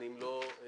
ואם לא אנחנו